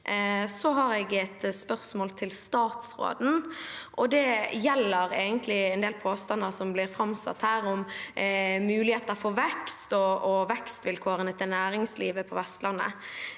Jeg har spørsmål til statsråden, og det gjelder en del påstander som blir framsatt her om muligheter for vekst og vekstvilkårene til næringslivet på Vestlandet.